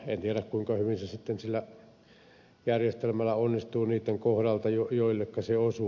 en tiedä kuinka hyvin se sitten sillä järjestelmällä onnistuu niitten kohdalta joilleka se osuu